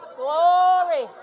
glory